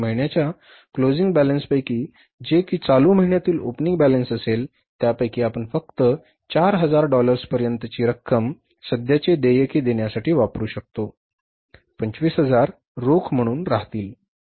मागील महिन्यांच्या क्लोजिंग बॅलन्सपैकी जे की चालू महिन्यातील ओपनिंग बॅलन्स असेल त्यापैकी आपण फक्त 4000 डॉलर्सपर्यंतची रक्कम सध्याचे देयके देण्यासाठी वापरू शकतो 25000 रोख म्हणून राहतील